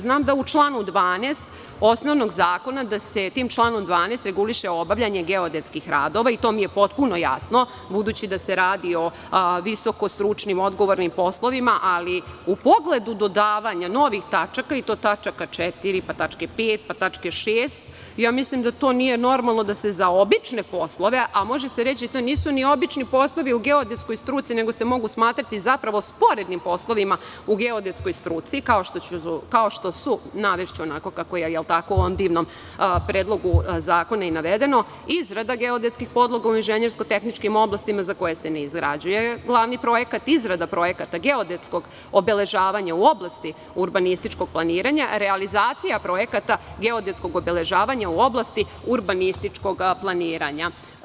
Znam da se članom 12.osnovnog zakona reguliše obavljanje geodetskih radova i to mi je potpuno jasno, budući da se radi o visokostručnim, odgovornim poslovima, ali u pogledu dodavanja novih tačaka i to tačke 4, pa tačke 5, pa tačke 6, mislim da to nije normalno da se za obične poslove, a može se reći da to nisu ni obični poslovi u geodetskoj struci, nego se mogu smatrati sporednim poslovima u geodetskoj struci, kao što su izrada geodetskih podloga u inženjersko-tehničkim oblastima, za koje se ne izrađuje glavni projekat, izrada projekata geodetskog obeležavanja u oblasti urbanističkog planiranja, realizacija projekata geodetskog obeležavanja u oblasti urbanističkog planiranja.